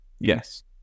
Yes